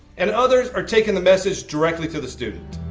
and others are taking the message directly to the student.